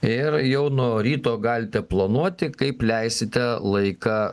ir jau nuo ryto galite planuoti kaip leisite laiką